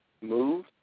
move